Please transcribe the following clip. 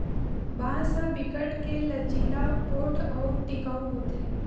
बांस ह बिकट के लचीला, पोठ अउ टिकऊ होथे